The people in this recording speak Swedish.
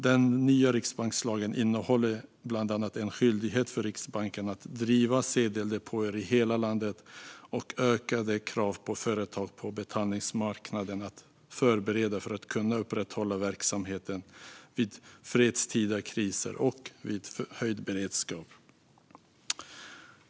Den nya riksbankslagen innehåller bland annat en skyldighet för Riksbanken att driva sedeldepåer i hela landet och ökade krav på företag på betalningsmarknaden att förbereda för att kunna upprätthålla verksamheten vid fredstida kriser och vid höjd beredskap.